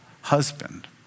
husband